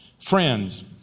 Friends